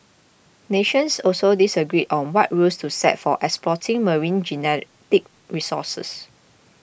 nations also disagree on what rules to set for exploiting marine genetic resources